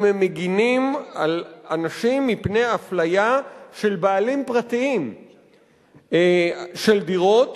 אם הם מגינים על אנשים מפני אפליה של בעלים פרטיים של דירות,